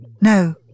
No